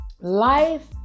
Life